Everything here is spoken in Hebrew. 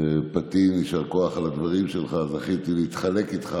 ופטין, יישר כוח על הדברים שלך, זכיתי לחלוק איתך